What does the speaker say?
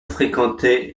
fréquenté